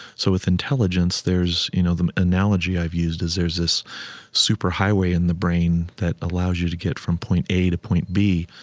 so with intelligence, there's you know, the analogy i've used is there's this superhighway in the brain that allows you to get from point a to point b.